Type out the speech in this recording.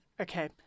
Okay